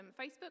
Facebook